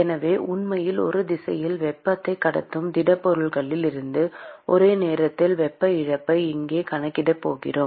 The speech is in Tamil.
எனவே உண்மையில் ஒரு திசையில் வெப்பத்தை கடத்தும் திடப்பொருளில் இருந்து ஒரே நேரத்தில் வெப்ப இழப்பை இங்கே கணக்கிடப் போகிறோம்